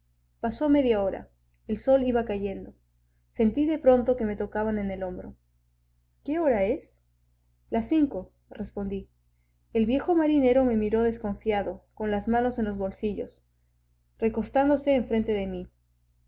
pasó media hora el sol iba cayendo sentí de pronto que me tocaban en el hombro qué hora es las cinco respondí el viejo marinero me miró desconfiado con las manos en los bolsillos recostándose enfrente de mí